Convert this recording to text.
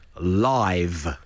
live